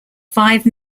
five